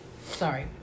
sorry